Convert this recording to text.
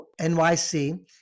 NYC